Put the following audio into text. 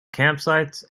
campsites